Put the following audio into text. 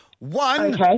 One